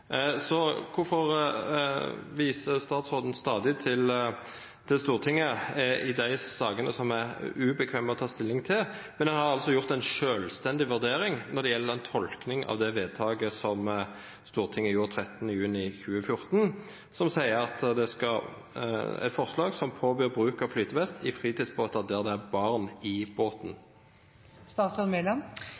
Så hvorfor viser statsråden stadig til Stortinget i de sakene som er ubekvemme å ta stilling til, mens en altså har gjort en selvstendig vurdering når det gjelder tolkningen av det vedtaket som Stortinget gjorde 13. juni 2014, som foreslo å påby bruk av flytevest i fritidsbåter der det er barn i båten?